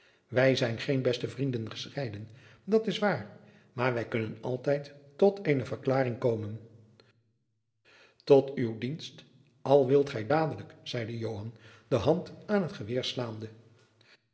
wij zijn geen beste vrienjacob van lennep de pleegzoon den gescheiden dat is waar maar wij kunnen altijd tot eene verklaring komen tot uw dienst al wilt gij dadelijk zeide joan de hand aan t geweer slaande